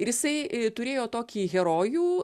ir jisai turėjo tokį herojų